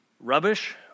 rubbish